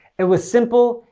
it was simple,